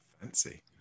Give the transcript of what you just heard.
Fancy